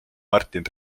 martin